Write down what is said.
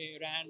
ran